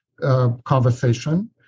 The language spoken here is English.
conversation